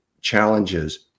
challenges